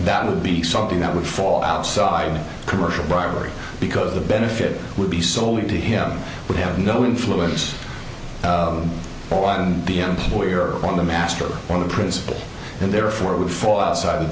that would be something that would fall outside commercial bribery because the benefit would be solely to him would have no influence at all on the employee or on the master or the principal and therefore it would fall outside